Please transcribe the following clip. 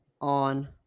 on